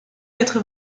quatre